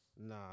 Nah